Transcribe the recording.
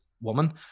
woman